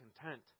content